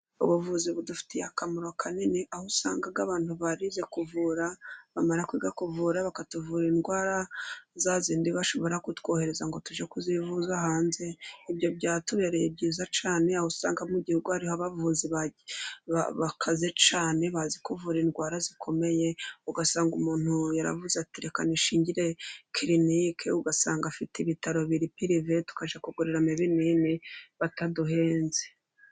Ubuvuzi budufitiye akamaro kanini, aho usanga abantu barize kuvura bamara kwiga kuvura bakatuvura indwara za zindi bashobora kutwohereza ngo tujye kuzivuza hanze ibyo byatubereye byiza cyane, aho usanga mu gihugu hari abavuzi bakaze cyane bazi kuvura indwara zikomeye, ugasanga umuntu yaravuze ati reka nishingire kirinike, ugasanga afite ibitaro biri pirive tukajya kugurirayo ibinini bataduhenze.